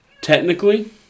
technically